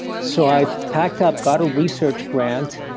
so, i packed up, got a research grant,